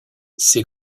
ses